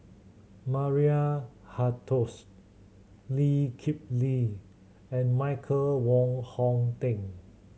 Maria Hertogh Lee Kip Lee and Michael Wong Hong Teng